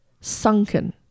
sunken